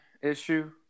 issue